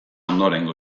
ondorengo